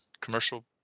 commercial